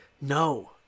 No